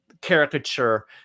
caricature